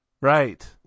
Right